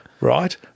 right